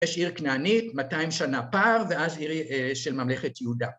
‫יש עיר כנענית, 200 שנה פער, ‫ואז עיר של ממלכת יהודה.